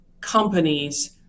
companies